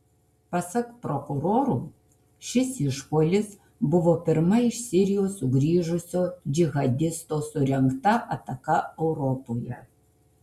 pasak prokurorų šis išpuolis buvo pirma iš sirijos sugrįžusio džihadisto surengta ataka europoje